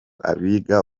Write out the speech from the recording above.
abiga